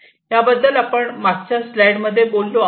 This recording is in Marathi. याबद्दल आपण मागच्या स्लाइडमध्ये बोललो आहोत